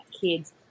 kids